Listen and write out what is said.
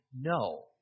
No